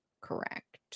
correct